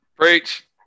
Preach